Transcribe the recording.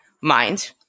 mind